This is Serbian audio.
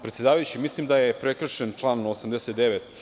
Predsedavajući, mislim da je prekršen član 89.